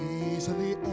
easily